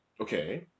Okay